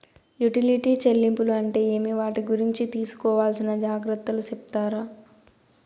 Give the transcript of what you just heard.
Utility చెల్లింపులు అంటే ఏమి? వాటి గురించి తీసుకోవాల్సిన జాగ్రత్తలు సెప్తారా?